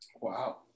Wow